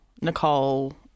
Nicole